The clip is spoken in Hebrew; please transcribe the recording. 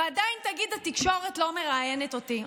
ועדיין תגיד: התקשורת לא מראיינת אותי.